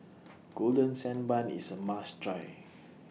Golden Sand Bun IS A must Try